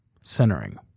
Centering